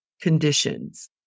conditions